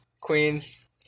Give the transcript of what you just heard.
Queens